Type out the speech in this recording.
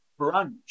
brunch